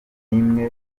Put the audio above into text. imwe